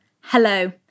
Hello